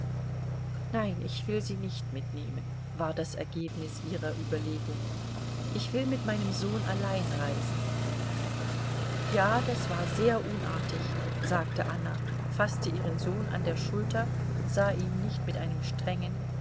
nein ich will sie nicht mitnehmen war das ergebnis ihrer überlegung ich will mit meinem sohn allein reisen ja das war sehr unartig sagte anna faßte ihren sohn an der schulter sah ihn nicht mit einem strengen